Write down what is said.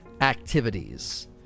activities